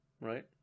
right